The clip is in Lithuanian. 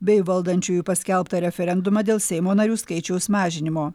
bei valdančiųjų paskelbtą referendumą dėl seimo narių skaičiaus mažinimo